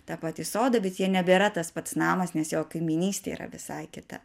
tą patį sodą bet jie nebėra tas pats namas nes jo kaimynystė yra visai kita